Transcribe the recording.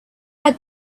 had